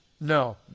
No